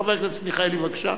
חבר הכנסת מיכאלי, בבקשה.